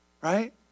Right